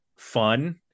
fun